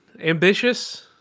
ambitious